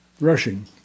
rushing